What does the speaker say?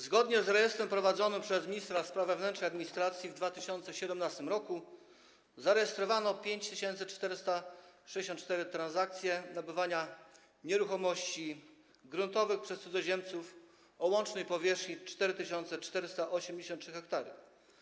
Zgodnie z rejestrem prowadzonym przez ministra spraw wewnętrznych i administracji w 2017 r. zarejestrowano 5464 transakcje nabywania nieruchomości gruntowych przez cudzoziemców o łącznej powierzchni 4483 ha.